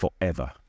forever